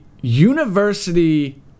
university